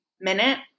minute